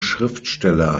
schriftsteller